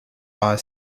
are